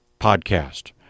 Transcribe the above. podcast